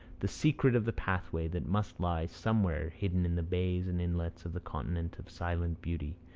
the secret of the pathway that must lie somewhere hidden in the bays and inlets of the continent of silent beauty,